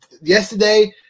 yesterday